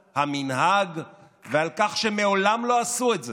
והמנהג ועל כך שמעולם לא עשו את זה.